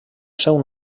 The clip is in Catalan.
seu